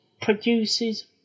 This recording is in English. produces